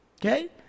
okay